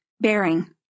Bearing